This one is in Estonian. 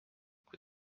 kui